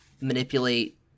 manipulate